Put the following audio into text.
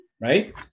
Right